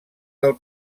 del